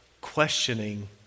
Questioning